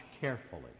carefully